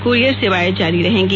courier सेवाएं जारी रहेंगी